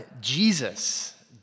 Jesus